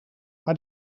maar